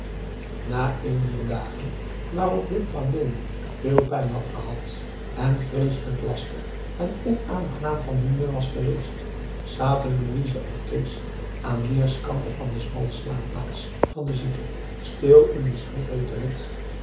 na een dier dagen waarop wim van leeuwen veel pijn had gehad en vreeselijk lastig en onaangenaam van humeur was geweest zaten louise en kees aan weerskanten van de smalle slaapplaats van den zieke stil in de snikheete hut